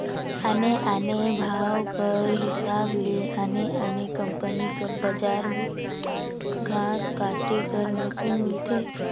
आने आने भाव कर हिसाब ले आने आने कंपनी कर बजार में घांस काटे कर मसीन मिलथे